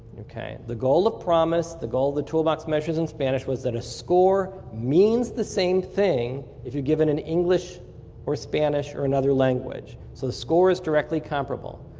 the goal of promis, the goal of the toolbox measures in spanish was that a score means the same thing if you're given an english or spanish or another language, so the score is directly comparable.